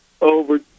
over